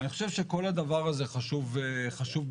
אני חושב שכל הדבר הזה חשוב ביותר.